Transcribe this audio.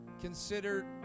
considered